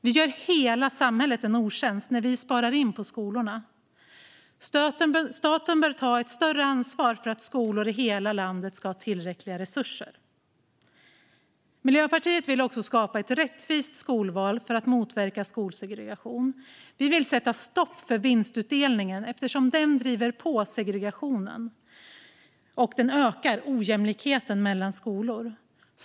Man gör hela samhället en otjänst när man sparar in på skolorna. Staten bör ta ett större ansvar för att skolor i hela landet ska ha tillräckliga resurser. Miljöpartiet vill också skapa ett rättvist skolval för att motverka segregationen. Vi vill sätta stopp för vinstutdelningen eftersom den driver på segregationen och ökar ojämlikheten mellan skolor.